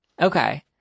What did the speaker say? Okay